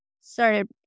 started